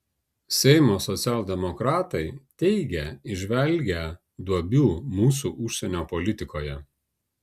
seimo socialdemokratai teigia įžvelgią duobių mūsų užsienio politikoje